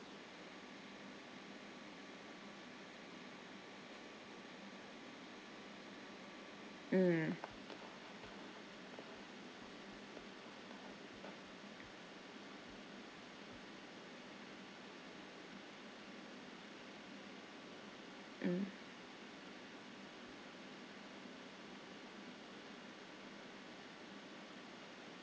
mm mm